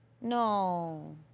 No